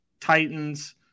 Titans